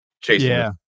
chasing